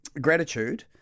gratitude